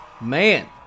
Man